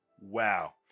wow